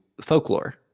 folklore